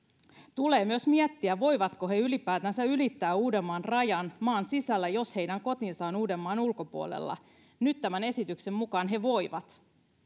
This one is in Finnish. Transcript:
tulee myös miettiä voivatko he ylipäätänsä ylittää uudenmaan rajan maan sisällä jos heidän kotinsa on uudenmaan ulkopuolella nyt tämän esityksen mukaan he voivat